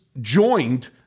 joined